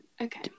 Okay